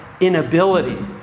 inability